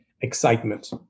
excitement